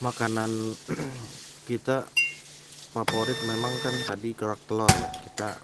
Makanan kita favorit memang kan tadi kerak telor ya, kita